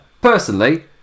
personally